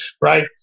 right